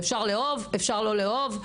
אפשר לאהוב, אפשר לא לאהוב.